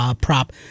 prop